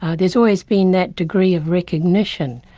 ah there's always been that degree of recognition.